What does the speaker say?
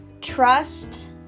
Trust